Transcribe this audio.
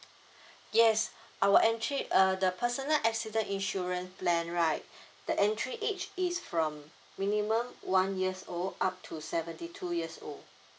yes our entry uh the personal accident insurance plan right the entry age is from minimum one years old up to seventy two years old